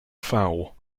fowl